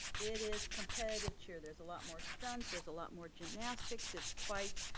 it is competitive cheer. there's a lot more stunts, there's a lot more gymnastics, it's quite,